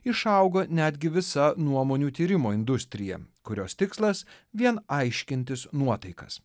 išaugo netgi visa nuomonių tyrimo industrija kurios tikslas vien aiškintis nuotaikas